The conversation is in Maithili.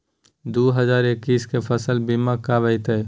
दु हजार एक्कीस के फसल बीमा कब अयतै?